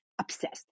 obsessed